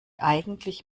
eigentlich